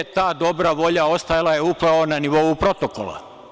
Ta dobra volja ostajala je upravo na nivou protokola.